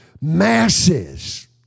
Masses